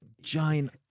Giant